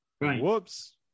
Whoops